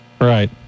Right